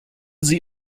sie